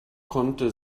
konnte